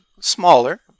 smaller